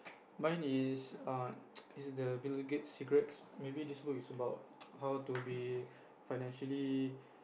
mine is err is the Bill-Gate's secrets maybe this book is about how to be financially